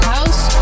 House